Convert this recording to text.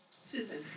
Susan